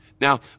Now